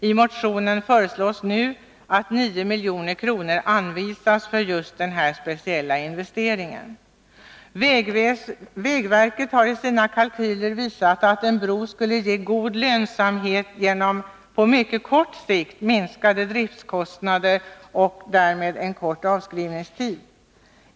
I motionen föreslås nu att 9 milj.kr. anvisas för just denna speciella investering. Vägverket har i sina kalkyler visat att en bro skulle ha god lönsamhet på mycket kort sikt genom minskade driftkostnader och därmed en kort avskrivningstid.